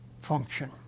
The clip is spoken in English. function